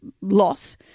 loss